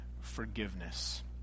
forgiveness